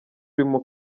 urimo